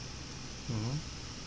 mmhmm